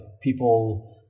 people